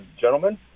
gentlemen